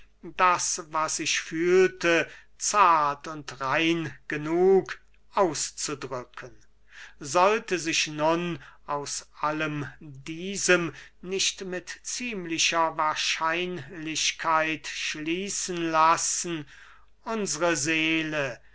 das was ich fühlte zart und rein genug auszudrücken sollte sich nun aus allem diesem nicht mit ziemlicher wahrscheinlichkeit schließen lassen unsre seele